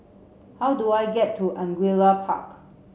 how do I get to Angullia Park